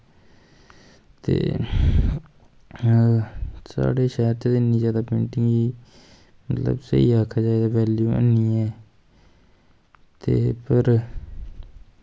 ते साढ़े शैह्र च ते इन्नी जादा पेंटिंग मतलव स्हेई आक्खेआ जाए बैल्यू है नी ऐ ते पर